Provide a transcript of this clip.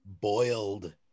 boiled